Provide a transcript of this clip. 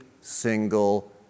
single